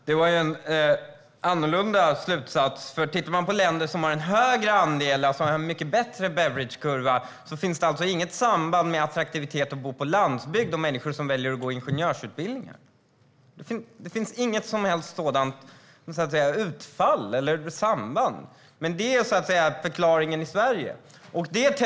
Herr talman! Det var en annorlunda slutsats. I länder som har en mycket bättre Beveridgekurva finns det inget samband mellan attraktiviteten i att bo på landsbygden och människor som väljer att gå ingenjörsutbildningar. Det finns inget som helst sådant samband. Men det är förklaringen i Sverige.